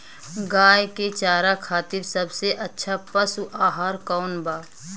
गाय के चारा खातिर सबसे अच्छा पशु आहार कौन बा?